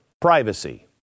privacy